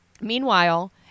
Meanwhile